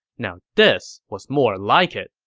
now this was more like it